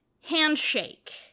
handshake